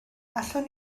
allwn